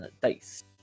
dice